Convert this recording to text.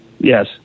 Yes